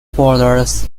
borders